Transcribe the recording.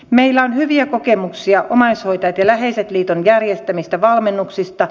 meillä on hyviä kokemuksia omaishoitajat ja läheiset liiton järjestämistä valmennuksista